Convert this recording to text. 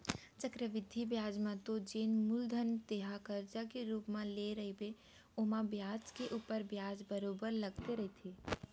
चक्रबृद्धि बियाज म तो जेन मूलधन तेंहा करजा के रुप म लेय रहिबे ओमा बियाज के ऊपर बियाज बरोबर लगते रहिथे